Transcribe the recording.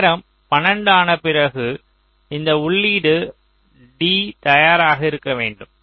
நேரம் 12 ஆன பிறகு இந்த உள்ளீடு D தயாராக இருக்க வேண்டும்